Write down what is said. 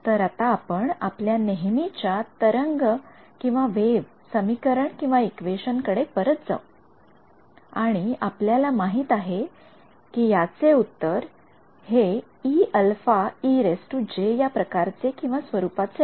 तर आता आपण आपल्या नेहमीच्या तरंगवेव्ह समीकरणइक्वेशन कडे परत जाऊ आणि आपल्याला माहित आहे कि याचे उत्तर हे Eαej या प्रकारचेस्वरूपाचे आहे